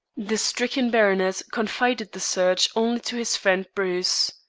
the stricken baronet confided the search only to his friend bruce.